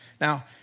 Now